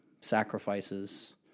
sacrifices